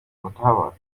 ottawa